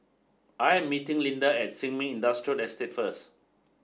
I am meeting Linda at Sin Ming Industrial Estate first